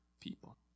people